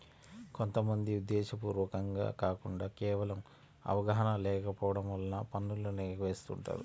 కొంత మంది ఉద్దేశ్యపూర్వకంగా కాకుండా కేవలం అవగాహన లేకపోవడం వలన పన్నులను ఎగవేస్తుంటారు